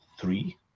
Three